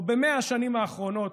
או ב-100 השנים האחרונות,